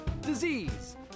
disease